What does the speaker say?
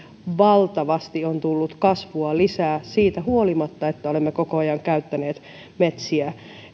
valtavasti on tullut kasvua lisää siitä huolimatta että olemme koko ajan käyttäneet metsiä